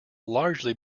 largely